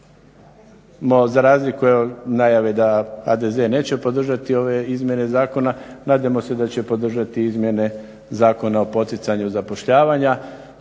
za razliku, evo od najave da HDZ neće podržati ove izmjene zakona, nadajmo se da će podržati izmjene Zakona o poticanju zapošljavanja